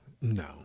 No